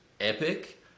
epic